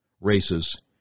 races